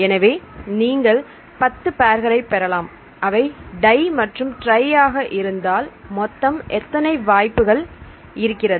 எனவே நீங்கள் 10 பேர்களை பெறலாம் அவை டை மற்றும் ட்ரை ஆக இருந்தால் மொத்தம் எத்தனை வாய்ப்புகள் இருக்கிறது